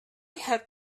had